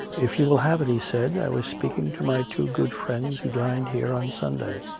if you will have it, he said, i was speaking to my two good friends who dined here on sunday.